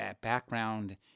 background